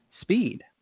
speed